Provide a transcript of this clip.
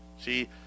See